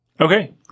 Okay